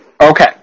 Okay